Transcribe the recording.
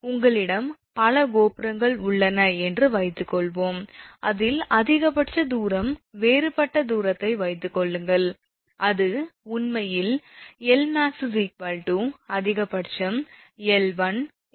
உங்களிடம் பல கோபுரங்கள் உள்ளன என்று வைத்துக்கொள்வோம் அதில் அதிகபட்ச தூரம் வேறுபட்ட தூரத்தை வைத்துக்கொள்ளுங்கள் அது உண்மையில் 𝐿𝑚𝑎𝑥 அதிகபட்சம் 𝐿1 𝐿2 𝐿3